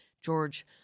George